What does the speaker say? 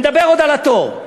נדבר עוד על התור.